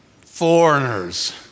foreigners